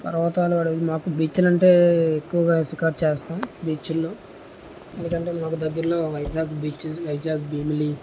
పర్వతాలు అడ మాకు బీచ్లు అంటే ఎక్కువగా షికారు చేస్తాం బీచ్ల్లో ఎందుకంటే మాకు దగ్గరలో వైజాగ్ బీచ్ వైజాగ్ భీమిలీ